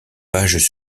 pages